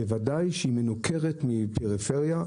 בוודאי שהיא מנוכרת מהפריפריה.